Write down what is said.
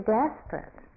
desperate